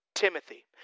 Timothy